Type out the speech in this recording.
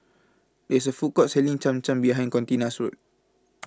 It's A Food Court Selling Cham Cham behind Contina's House